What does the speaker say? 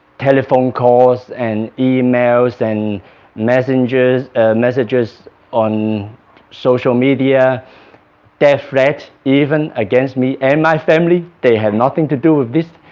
telephone calls and emails and messages messages on social media death threats even against me and my family they had nothing to do with this